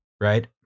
Right